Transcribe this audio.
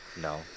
No